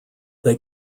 they